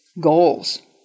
goals